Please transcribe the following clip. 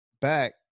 back